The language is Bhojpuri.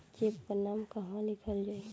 चेक पर नाम कहवा लिखल जाइ?